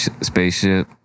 spaceship